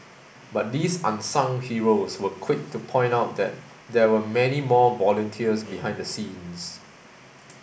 but these unsung heroes were quick to point out that there were many more volunteers behind the scenes